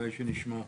כדאי שנשמע,